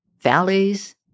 valleys